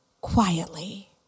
quietly